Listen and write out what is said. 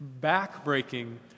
backbreaking